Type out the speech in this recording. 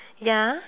ya